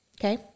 Okay